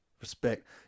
Respect